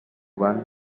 won